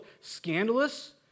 scandalous